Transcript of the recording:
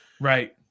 Right